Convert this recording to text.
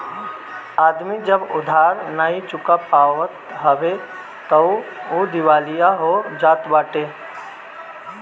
आदमी जब उधार नाइ चुका पावत हवे तअ उ दिवालिया हो जात बाटे